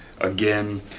Again